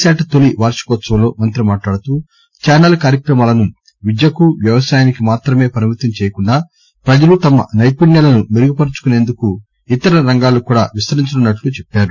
SAT తొలి వార్వికోత్సవంలో మంతి మాట్లాడుతూ ఛానల్ కార్యక్రమాలను విద్యకు వ్యవసాయానికి మాతమే పరిమితం చేయకుండా పజలు తమ నైపుణ్యాలను మెరుగుపరుచుకునేందుకు ఇతర రంగాలకు కూడా విస్తరించనున్నట్లు చెప్పారు